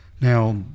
now